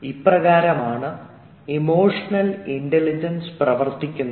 ഇപ്രകാരമാണ് emotional intelligence പ്രവർത്തിക്കുന്നത്